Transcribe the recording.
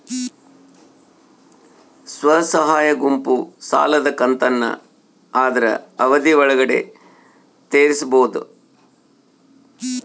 ಸ್ವಸಹಾಯ ಗುಂಪು ಸಾಲದ ಕಂತನ್ನ ಆದ್ರ ಅವಧಿ ಒಳ್ಗಡೆ ತೇರಿಸಬೋದ?